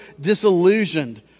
disillusioned